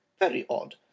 very odd!